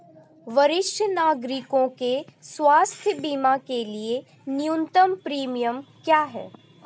वरिष्ठ नागरिकों के स्वास्थ्य बीमा के लिए न्यूनतम प्रीमियम क्या है?